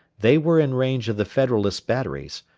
they were in range of the federalist batteries,